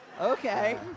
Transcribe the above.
okay